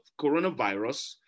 coronavirus